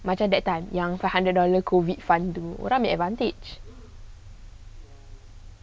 macam that time yang for hundred dollar COVID fund tu orang ambil advantage